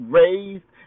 raised